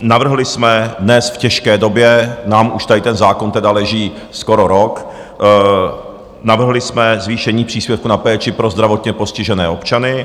Navrhli jsme dnes, v těžké době nám už tady ten zákon teda leží skoro rok navrhli jsme zvýšení příspěvku na péči pro zdravotně postižené občany.